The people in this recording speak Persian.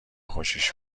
خوشش